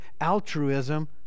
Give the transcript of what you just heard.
altruism